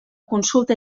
consulta